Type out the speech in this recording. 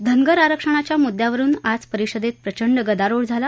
धनगर आरक्षणच्या मुद्यावरुन आज परिषदेत प्रचंड गदारोळ झाला